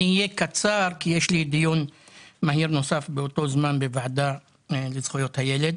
אני אהיה קצר כי יש לי דיון מהיר נוסף באותו זמן בוועדה לזכויות הילד.